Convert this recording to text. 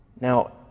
Now